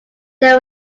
there